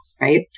right